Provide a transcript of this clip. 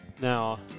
Now